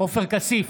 עופר כסיף,